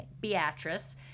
Beatrice